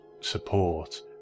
support